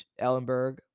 ellenberg